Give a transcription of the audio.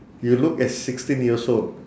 you look as sixteen years old